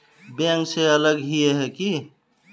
Bank से अलग हिये है की?